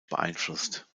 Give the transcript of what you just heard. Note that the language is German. beeinflusst